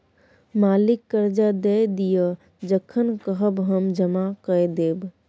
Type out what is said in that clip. मालिक करजा दए दिअ जखन कहब हम जमा कए देब